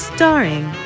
Starring